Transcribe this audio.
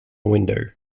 window